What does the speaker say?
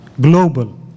global